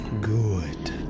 good